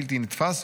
בלתי נתפס,